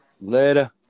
later